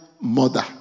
mother